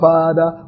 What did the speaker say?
Father